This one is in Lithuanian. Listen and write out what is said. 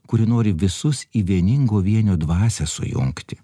kuri nori visus į vieningo vienio dvasią sujungti